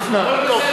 זה נפלא.